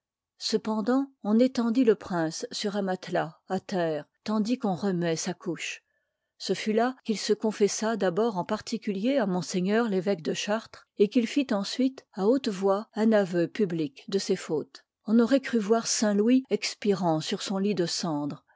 cependant on étendit le prince sur un matelas à terre tandis qu'on remuoit sa couche ce fut là qu'il se confessa d'abord en particulier à m ré êque de chartres et qu'il fit ensuite à haute voix un aveh public de ses fautes on auroit cru yoir saintlouis expirant sur son lit de cendre